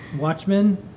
Watchmen